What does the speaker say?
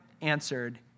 answered